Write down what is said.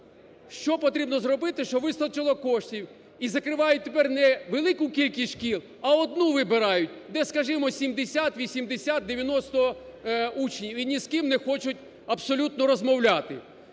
що потрібно зробити, щоб вистачило коштів і закривають тепер не велику кількість шкіл, а одну вибирають, де, скажімо, 70-80-90 учнів і не з ким не хочуть абсолютно розмовляти.